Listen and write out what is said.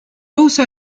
also